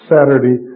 Saturday